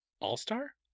All-Star